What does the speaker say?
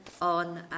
on